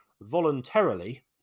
voluntarily